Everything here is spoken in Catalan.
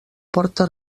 porta